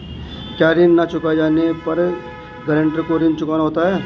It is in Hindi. क्या ऋण न चुकाए जाने पर गरेंटर को ऋण चुकाना होता है?